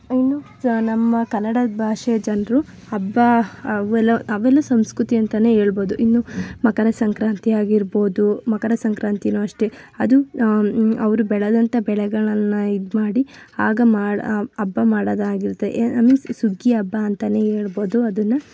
ಇನ್ನು ಸ ನಮ್ಮ ಕನ್ನಡದ ಭಾಷೆಯ ಜನರು ಹಬ್ಬ ಅವೆಲ್ಲ ಅವೆಲ್ಲ ಸಂಸ್ಕೃತಿ ಅಂತೆಯೇ ಹೇಳ್ಬೋದು ಇನ್ನು ಮಕರ ಸಂಕ್ರಾಂತಿ ಆಗಿರಬೋದು ಮಕರ ಸಂಕ್ರಾಂತಿಯೂ ಅಷ್ಟೆ ಅದು ಅವರು ಬೆಳದಂಥ ಬೆಳೆಗಳನ್ನು ಇದ್ಮಾಡಿ ಆಗ ಮಾಳ ಹಬ್ಬ ಮಾಡೋದಾಗಿರ್ತೆ ಏನನ್ನು ಸುಗ್ಗಿ ಹಬ್ಬ ಅಂತೆಯೇ ಹೇಳ್ಬೋದು ಅದನ್ನು